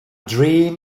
dream